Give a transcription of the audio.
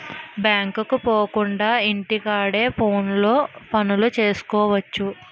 బ్యాంకుకు పోకుండా ఇంటి కాడే ఫోనులో పనులు సేసుకువచ్చు